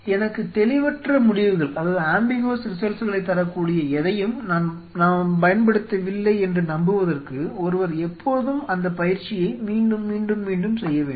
எனக்கு தெளிவற்ற முடிவுகளைத் தரக்கூடிய எதையும் நான் பயன்படுத்தவில்லை என்று நம்புவதற்கு ஒருவர் எப்பொழுதும் அந்த பயிற்சியை மீண்டும் மீண்டும் மீண்டும் செய்ய வேண்டும்